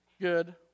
good